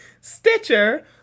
stitcher